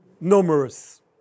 numerous